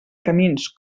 camins